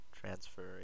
transfer